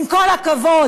עם כל הכבוד,